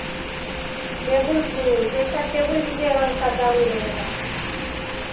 table वो जैसा table लीजिएगा वैसा दाम रहेगा